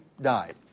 Died